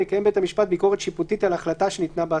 יקיים בית המשפט ביקורת שיפוטית על ההחלטה שניתנה בהשגה.